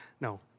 No